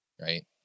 right